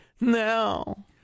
Now